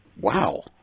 Wow